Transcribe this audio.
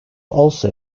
also